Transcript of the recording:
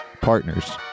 partners